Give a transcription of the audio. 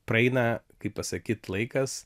praeina kaip pasakyt laikas